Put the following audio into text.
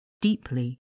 deeply